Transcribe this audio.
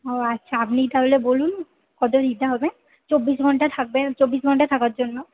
ও আচ্ছা আপনিই তাহলে বলুন কত দিতে হবে চব্বিশ ঘন্টা থাকবেন চব্বিশ ঘন্টা থাকার জন্য